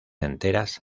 enteras